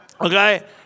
Okay